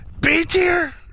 B-tier